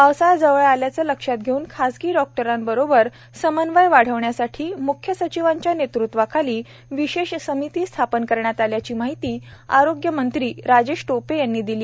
पावसाळा जवळ आल्याचं लक्षात घेऊन खासगी डॉक्टरांबरोबर समन्वय वाढवण्यासाठी म्ख्य सचिवांच्या नेतृत्वाखाली विशेष समिती स्थापन करण्यात आल्याची माहीती आरोग्यमंत्री राजेश टोपे यांनी दिली